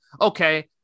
okay